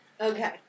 Okay